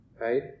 right